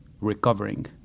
recovering